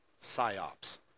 psyops